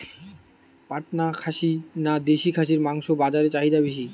পাটনা খাসি না দেশী খাসির মাংস বাজারে চাহিদা বেশি?